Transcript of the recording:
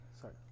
Sorry